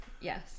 Yes